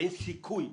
אין סיכוי.